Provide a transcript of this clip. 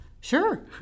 Sure